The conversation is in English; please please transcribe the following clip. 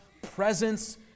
presence